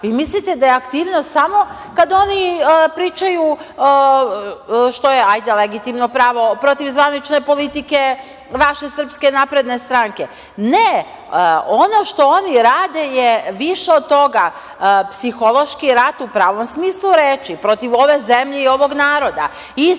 Vi mislite da je aktivnost samo kad oni pričaju što je legitimno pravo protiv zvanične politike vaše SNS. Ne, ono što oni rade je više od toga, psihološki rat u pravom smislu reči, protiv ove zemlje i protiv ovog naroda